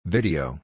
Video